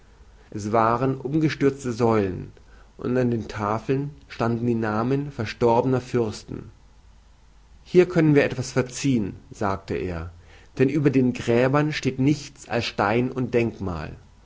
es waren umgestürzte säulen und an den tafeln standen die namen verstorbener fürsten hier können wir etwas verziehen sagte er denn über den gräbern steht nichts als stein und denkmal